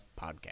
podcast